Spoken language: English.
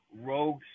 rogue